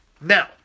Now